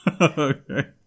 Okay